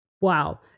wow